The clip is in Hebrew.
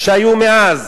שהיו מאז,